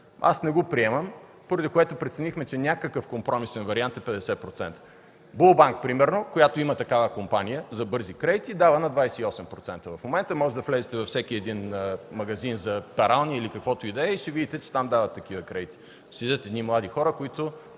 Аз не го приемам, поради което преценихме, че 50% е някакъв компромисен вариант. Булбанк примерно, която има такава компания за бързи кредити, дава на 28% в момента. Можете да влезете във всеки един магазин за перални или каквото и да е и ще видите, че там дават такива кредити. Седят едни млади хора, които